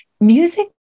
music